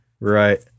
Right